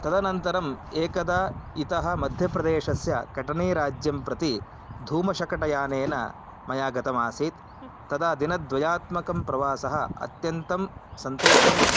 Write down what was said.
तदनन्तरम् एकदा इतः मध्यप्रदेशस्य कटनीराज्यं प्रति धूमशकटयानेन मया गतमासीत् तदा दिनद्वयात्मकं प्रवासः अत्यन्तं सन्तोषकरम्